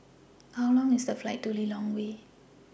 How Long IS The Flight to Lilongwe